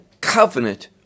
covenant